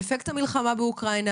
עם אפקט המלחמה באוקראינה,